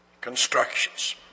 constructions